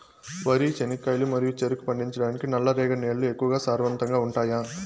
వరి, చెనక్కాయలు మరియు చెరుకు పండించటానికి నల్లరేగడి నేలలు ఎక్కువగా సారవంతంగా ఉంటాయా?